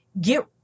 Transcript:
get